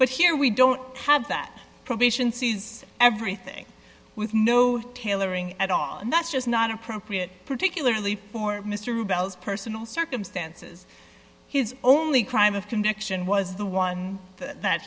but here we don't have that probation sees everything with no tailoring at all and that's just not appropriate particularly for mr bell's personal circumstances his only crime of connection was the one that